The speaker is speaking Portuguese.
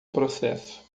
processo